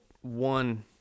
one